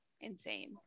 insane